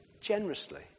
generously